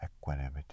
equanimity